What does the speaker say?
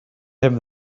him